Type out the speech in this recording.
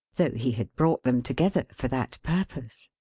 though he had brought them together for that purpose.